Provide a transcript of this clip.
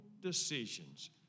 decisions